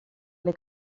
alle